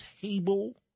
table